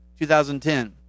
2010